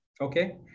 Okay